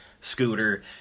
scooter